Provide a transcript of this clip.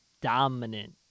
dominant